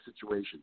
situation